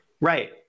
Right